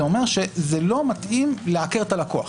זה אומר שזה לא מתאים להכר את הלקוח.